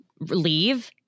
leave